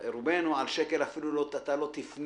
רובנו על שקל אפילו לא נפנה.